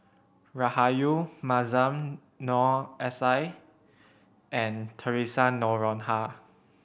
Rahayu Mahzam Noor S I and Theresa Noronha